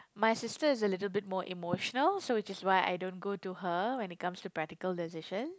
my sister is a little bit more emotional so which is why I don't go to her when it comes to practical decision